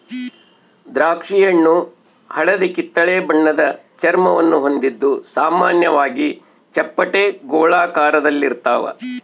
ದ್ರಾಕ್ಷಿಹಣ್ಣು ಹಳದಿಕಿತ್ತಳೆ ಬಣ್ಣದ ಚರ್ಮವನ್ನು ಹೊಂದಿದ್ದು ಸಾಮಾನ್ಯವಾಗಿ ಚಪ್ಪಟೆ ಗೋಳಾಕಾರದಲ್ಲಿರ್ತಾವ